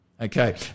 Okay